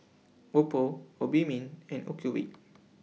Oppo Obimin and Ocuvite